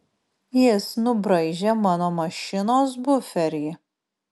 jis nubraižė mano mašinos buferį